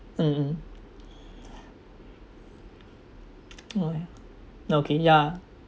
mmhmm okay okay ya